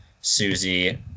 Susie